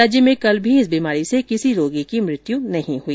राज्य में कल भी इस बीमारी से किसी रोगी की मृत्य नहीं हुई